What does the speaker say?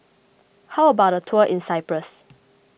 how about a tour in Cyprus